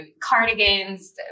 cardigans